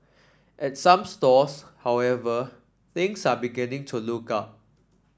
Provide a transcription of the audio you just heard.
at some stores however things are beginning to look up